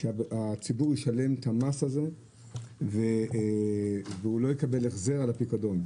שהציבור ישלם את המס הזה ולא יקבל החזר על הפיקדון.